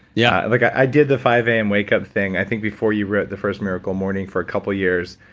yeah like i did the five zero am wake up thing i think before you wrote the first miracle morning for a couple of years,